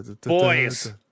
Boys